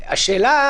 השאלה,